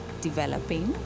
developing